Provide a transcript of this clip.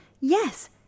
Yes